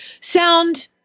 sound